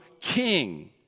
king